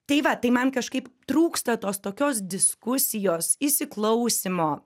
tai va tai man kažkaip trūksta tos tokios diskusijos įsiklausymo